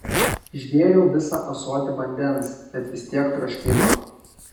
išgėriau visą ąsotį vandens bet vis tiek troškino